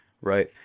right